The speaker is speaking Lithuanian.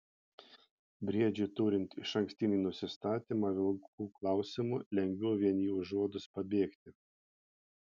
briedžiui turint išankstinį nusistatymą vilkų klausimu lengviau vien jį užuodus pabėgti